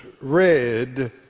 read